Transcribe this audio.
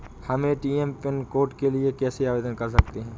हम ATM pin code के लिए कैसे आवेदन कर सकते हैं?